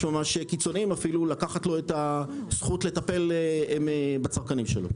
קיצוניים אף לאחת לו את הזכות לטפל בצרכנים שלו.